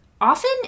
often